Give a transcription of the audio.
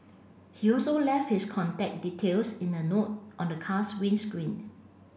he also left his contact details in a note on the car's windscreen